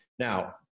Now